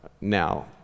Now